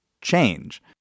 change